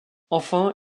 enfin